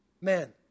Man